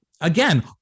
Again